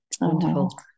wonderful